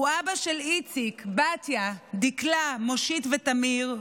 הוא אבא של איציק, בתיה, דקלה, מושית ותמיר.